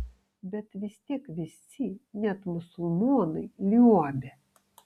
bet vis tiek visi net musulmonai liuobė